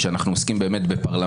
שאנחנו באמת עוסקים בפרלמנט,